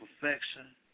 perfection